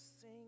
sing